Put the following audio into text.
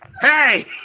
Hey